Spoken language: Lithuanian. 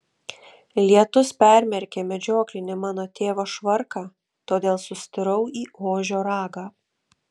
lietus permerkė medžioklinį mano tėvo švarką todėl sustirau į ožio ragą